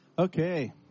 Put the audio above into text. Okay